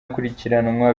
akurikiranwa